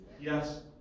Yes